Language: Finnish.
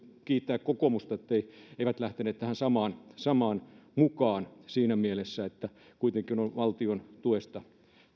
kiittää kokoomusta etteivät lähteneet tähän samaan samaan mukaan siinä mielessä että kuitenkin on ollut valtion tuesta